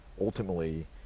ultimately